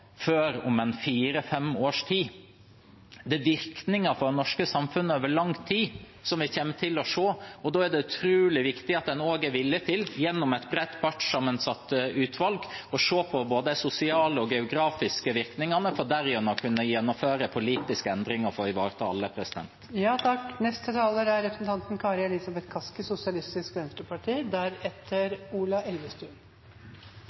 før om fire–fem års tid. Vi kommer til å se virkninger av dette for det norske samfunnet over lang tid. Da er det utrolig viktig at en også er villig til – gjennom et bredt partssammensatt utvalg – å se på både de sosiale og de geografiske virkningene for derigjennom å kunne gjennomføre politiske endringer for å ivareta alle.